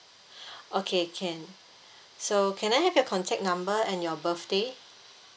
okay can so can I have your contact number and your birthday